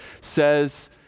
says